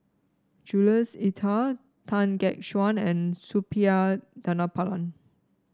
Jules Itier Tan Gek Suan and Suppiah Dhanabalan